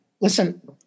Listen